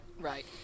Right